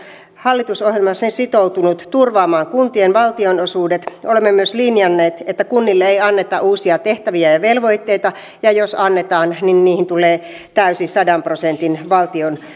hallitusohjelmassa sitoutunut turvaamaan kuntien valtionosuudet ja olemme myös linjanneet että kunnille ei anneta uusia tehtäviä ja velvoitteita ja jos annetaan niin niihin tulee täysi sadan prosentin